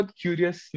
curious